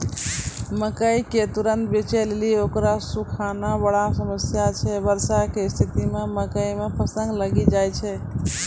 मकई के तुरन्त बेचे लेली उकरा सुखाना बड़ा समस्या छैय वर्षा के स्तिथि मे मकई मे फंगस लागि जाय छैय?